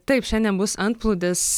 taip šiandien bus antplūdis